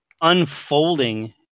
unfolding